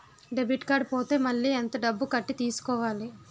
Debit card పోతే మళ్ళీ ఎంత డబ్బు కట్టి తీసుకోవాలి?